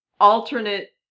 alternate